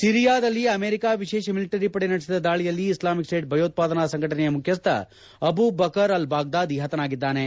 ಸಿರಿಯಾದಲ್ಲಿ America ವಿಶೇಷ military ಪಡೆ ನಡೆಸಿದ ದಾಳಿಯಲ್ಲಿ ಇಸ್ಲಾಮಿಕ್ ಸ್ನೇಟ್ ಭಯೋತ್ವಾದನಾ ಸಂಘಟನೆಯ ಮುಖ್ಯಸ್ಟ ಅಬು ಬಕರ್ ಅಲ್ ಬಾಗ್ದಾದಿ ಪತನಾಗಿದ್ದಾನೆ